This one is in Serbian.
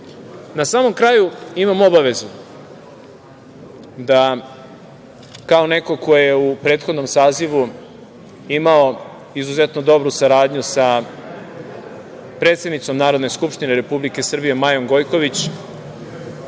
samom kraju imam obavezu da, kao neko ko je u prethodnom sazivu imao izuzetno dobru saradnju sa predsednicom Narodne skupštine Republike Srbije Majom Gojković,